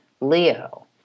Leo